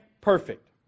perfect